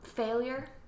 failure